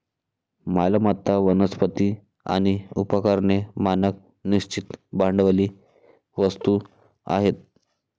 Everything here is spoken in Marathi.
मालमत्ता, वनस्पती आणि उपकरणे मानक निश्चित भांडवली वस्तू आहेत